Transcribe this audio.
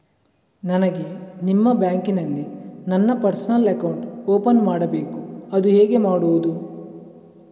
ನನಗೆ ನಿಮ್ಮ ಬ್ಯಾಂಕಿನಲ್ಲಿ ನನ್ನ ಪರ್ಸನಲ್ ಅಕೌಂಟ್ ಓಪನ್ ಮಾಡಬೇಕು ಅದು ಹೇಗೆ ಮಾಡುವುದು?